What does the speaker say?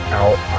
out